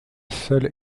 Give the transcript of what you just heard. seule